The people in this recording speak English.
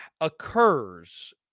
occurs